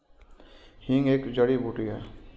हींग एक जड़ी बूटी है